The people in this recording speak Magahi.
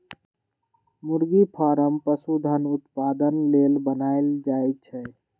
मुरगि फारम पशुधन उत्पादन लेल बनाएल जाय छै